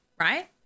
right